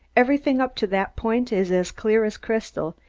everything up to that point is as clear as crystal,